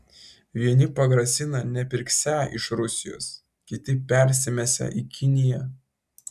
vieni pagrasina nepirksią iš rusijos kiti persimesią į kiniją